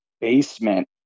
basement